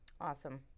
Awesome